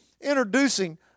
introducing